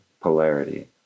polarity